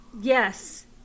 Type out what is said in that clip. Yes